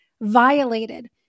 violated